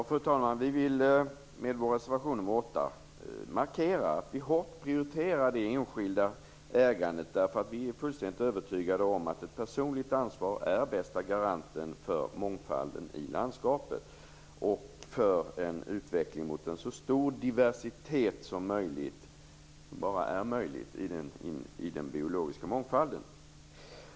Fru talman! Vi vill med vår reservation nr 8 markera att vi hårt prioriterar det enskilda ägandet. Vi är fullständigt övertygade om att ett personligt ansvar är den bästa garanten för mångfalden i landskapet och för en utveckling mot en så stor diversitet som bara är möjligt i den biologiska mångfalden.